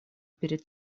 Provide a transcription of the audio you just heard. перед